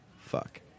Fuck